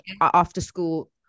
after-school